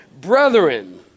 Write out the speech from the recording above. Brethren